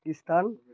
Pakistan